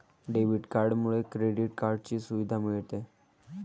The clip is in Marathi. डेबिट कार्डमुळे क्रेडिट कार्डची सुविधा मिळते